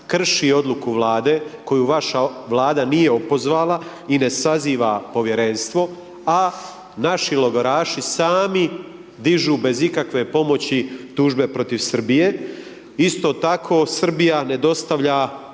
krši odluku Vlade, koju vaša Vlada nije opozvala i ne saziva povjerenstvo, a naši logoraši sami dižu bez ikakve pomoći tužbe protiv Srbije. Isto tako Srbija ne dostavlja